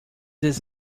does